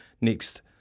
next